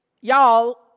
y'all